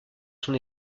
son